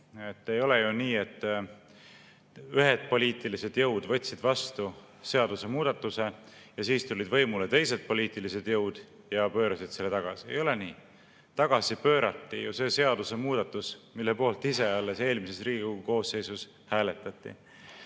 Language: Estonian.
Ei ole ju nii, et ühed poliitilised jõud võtsid vastu seadusemuudatuse ja siis tulid võimule teised poliitilised jõud ja pöörasid selle tagasi. Ei ole nii. Tagasi pöörati ju see seadusemuudatus, mille poolt ise alles eelmises Riigikogu koosseisus hääletati.